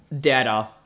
data